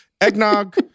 Eggnog